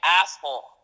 asshole